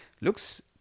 looks